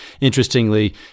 Interestingly